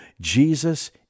Jesus